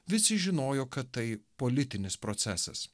visi žinojo kad tai politinis procesas